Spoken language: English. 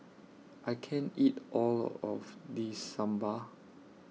I can't eat All of This Sambar